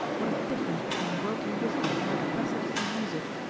what a difference between worldly wisdom and the capacity to use it!